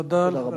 תודה רבה.